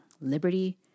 liberty